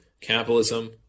capitalism